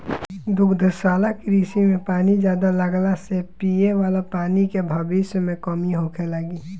दुग्धशाला कृषि में पानी ज्यादा लगला से पिये वाला पानी के भविष्य में कमी होखे लागि